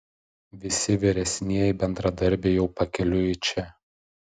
visi vyresnieji bendradarbiai jau pakeliui į čia